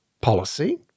policy